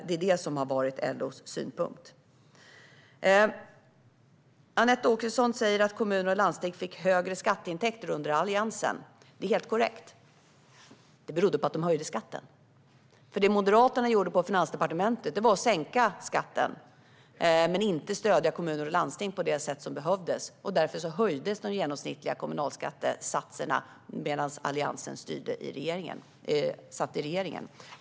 Det är det som har varit LO:s synpunkt. Anette Åkesson säger att kommuner och landsting fick högre skatteintäkter under Alliansen. Det är helt korrekt. Det berodde på att kommunerna höjde skatten. Det Moderaterna gjorde på Finansdepartementet var nämligen att sänka skatten men inte stödja kommuner och landsting på det sätt som behövdes, och därför höjdes de genomsnittliga kommunalskattesatserna medan Alliansen satt i regeringen.